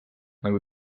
nagu